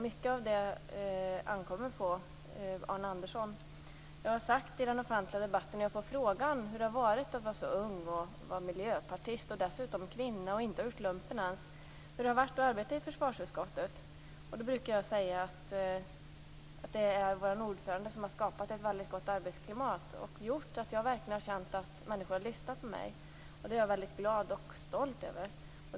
Mycket av det beror på Arne Andersson. Jag brukar i den offentliga debatten få frågan hur det har varit att arbeta i försvarsutskottet när man är så ung, miljöpartist och dessutom kvinna som inte ens har gjort lumpen. Då brukar jag säga att vår ordförande har skapat ett väldigt gott arbetsklimat och gjort att jag verkligen känt att människor har lyssnat på mig. Det är jag väldigt glad och stolt över.